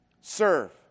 serve